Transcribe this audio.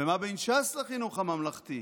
ומה בין ש"ס לחינוך הממלכתי?